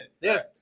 Yes